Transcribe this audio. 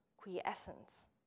quiescence